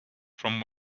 from